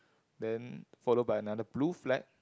then followed by another blue flag